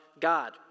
God